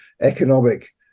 economic